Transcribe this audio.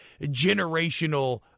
generational